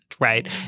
right